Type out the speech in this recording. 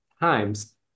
times